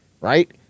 right